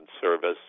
service